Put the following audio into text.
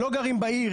שלא גרים בעיר,